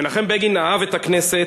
מנחם בגין אהב את הכנסת,